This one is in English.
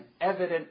evident